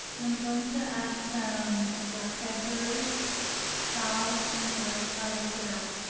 and i'm going to add some black pepper salt and garlic powder to that